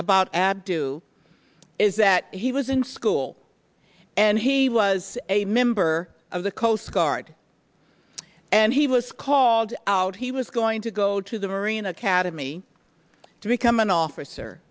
about abdu is that he was in school and he was a member of the coast guard and he was called out he was going to go to the marine academy to become an officer